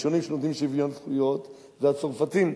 הראשונים שנותנים שוויון זכויות זה הצרפתים,